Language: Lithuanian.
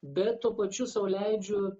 bet tuo pačiu sau leidžiu